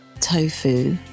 tofu